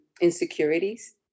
insecurities